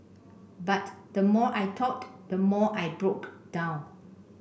but the more I talked the more I broke down